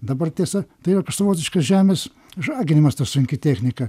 dabar tiesa tai yra toks savotiškas žemės žaginimas ta sunki technika